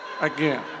again